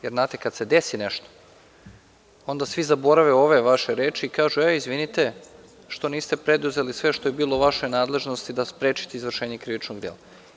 Jer, kada se desi nešto, onda svi zaborave ove vaše reči i kažu – izvinite, zašto niste preduzeli sve što je bilo u vašoj nadležnosti da sprečite izvršenje krivičnog dela?